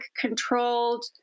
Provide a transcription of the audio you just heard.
controlled